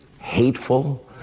hateful